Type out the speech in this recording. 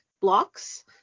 blocks